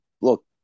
look